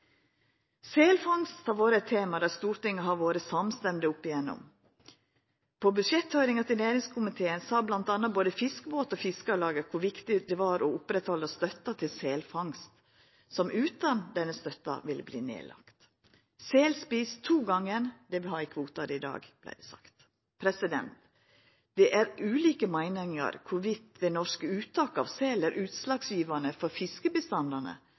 Selfangst har vore eit tema der Stortinget har vore samstemt oppigjennom. På budsjetthøyringa til næringskomiteen uttrykte bl.a. både Fiskebåt og Fiskarlaget kor viktig det var å halda fram med støtta til selfangst, som utan denne støtta ville verta nedlagd. Selen et togongen det vi har i kvotar i dag, vert det sagt. Det er ulike meiningar om det norske uttaket av sel er utslagsgjevande for fiskebestandane,